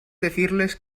decirles